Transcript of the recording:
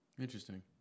Interesting